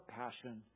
passion